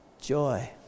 joy